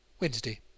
Wednesday